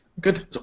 Good